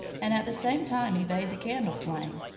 and at the same time evade the candle flame.